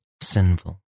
sinful